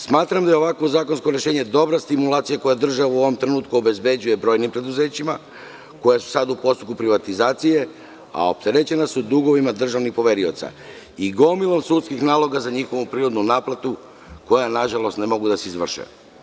Smatram da je ovakvo zakonsko rešenje dobra stimulacija koju država u ovom trenutku obezbeđuje brojnim preduzećima, koja su sada u postupku privatizacije a opterećena su dugovima državnih poverioca i gomilom sudskih naloga za njihovu prinudnu naplatu koja, nažalost, ne mogu da se izvrše.